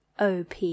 OP